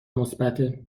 مثبته